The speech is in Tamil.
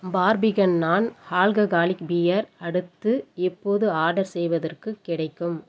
பார்பிகன் நாண் ஆல்கஹாலிக் பியர் அடுத்து எப்போது ஆர்டர் செய்வதற்குக் கிடைக்கும்